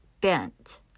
bent